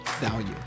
value